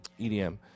EDM